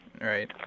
right